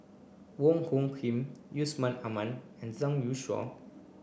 Wong Hung Khim Yusman Aman and Zhang Youshuo